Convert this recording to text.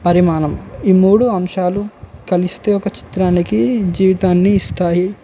పరిమాణం ఈ మూడు అంశాలు కలిస్తే ఒక చిత్రానికి జీవితాన్ని ఇస్తాయి